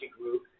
group